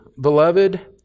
beloved